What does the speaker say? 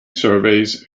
surveys